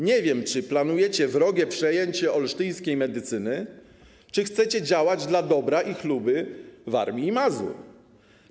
Nie wiem, czy planujecie wrogie przejęcie olsztyńskiej medycyny, czy chcecie działać dla dobra i chluby Warmii i Mazur?